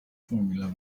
formula